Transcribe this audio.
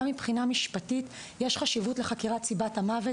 גם מבחינה משפטית יש חשיבות לחקירת סיבת המוות.